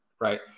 right